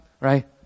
right